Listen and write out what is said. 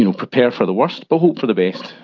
you know prepare for the worst but hope for the best.